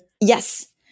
Yes